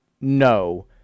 no